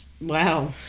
Wow